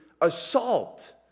assault